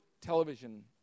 television